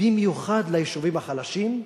במיוחד ליישובים החלשים,